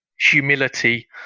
humility